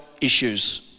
issues